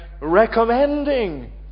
recommending